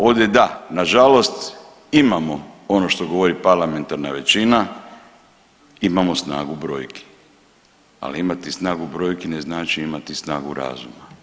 Ovdje da, nažalost imamo ono što govori parlamentarna većina, imamo snagu brojku, ali imati snagu brojki ne znači imati snagu razuma.